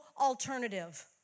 alternative